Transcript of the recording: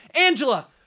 Angela